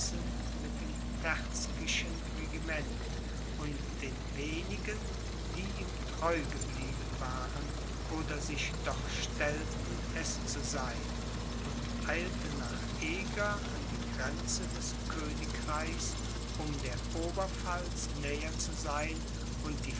mit dem terzky'schen regiment und den wenigen die ihm treu geblieben waren oder sich doch stellten es zu sein und eilte nach eger an die grenze des königreichs um der oberpfalz näher zu sein und